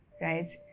Right